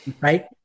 right